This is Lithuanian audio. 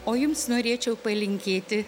o jums norėčiau palinkėti